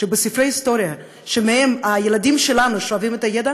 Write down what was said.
שבספרי היסטוריה שמהם הילדים שלנו שואבים את הידע,